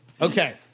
Okay